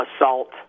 assault